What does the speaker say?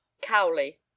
Cowley